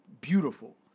beautiful